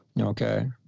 Okay